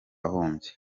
ahombye